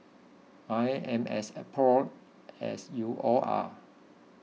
I am as appalled as you all are